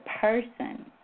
person